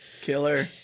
Killer